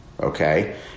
Okay